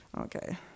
Okay